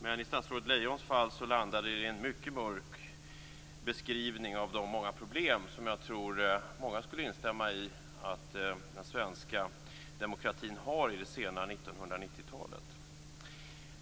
Men i statsrådet Lejons fall landar det i en mycket mörk beskrivning av de många problem som jag tror att många skulle instämma i att den svenska demokratin har i det sena 1990-talet.